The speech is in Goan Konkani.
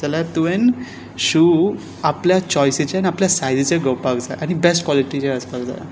जाल्यार तुवें शू आपल्या चॉयसीचे आनी आपल्या सायजीचे घेवपाक जाय आनी बॅस्ट कॉलेटीचे आसपाक जाय